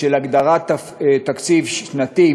של הגדרת תקציב שנתי,